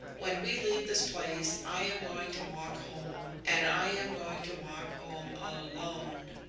when we leave this place i am going to walk home, and i am going to walk home alone.